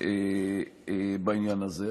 בעניין הזה.